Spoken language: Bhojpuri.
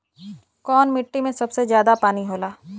कौन मिट्टी मे सबसे ज्यादा पानी होला?